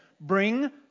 Bring